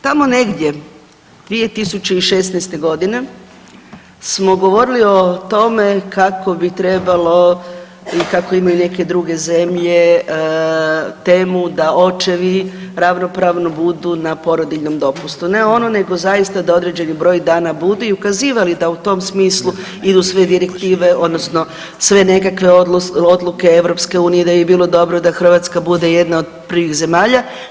Tamo negdje 2016.g. smo govorili o tome kako bi trebalo i kako imaju neke druge zemlje temu da očevi ravnopravno budu na porodiljnom dopustu, ne ono nego zaista da određeni broj dana budu i ukazivali da u tom smislu idu sve direktive odnosno sve nekakve odluke EU i da bi bilo dobro da Hrvatska bude jedna od prvih zemalja.